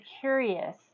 curious